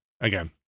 Again